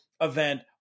event